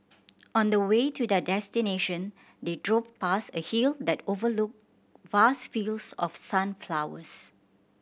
on the way to their destination they drove past a hill that overlooked vast fields of sunflowers